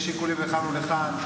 יש שיקולים לכאן ולכאן.